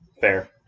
Fair